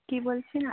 কী বলছেন আ